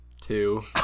Two